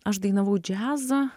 aš dainavau džiazą